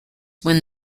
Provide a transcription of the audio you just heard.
when